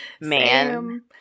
man